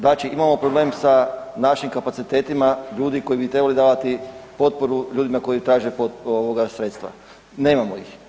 Znači imamo problem sa našim kapacitetima ljudi koji bi trebali davati potporu ljudima koji traže ovoga sredstva, nemamo ih.